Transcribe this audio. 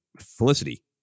Felicity